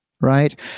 right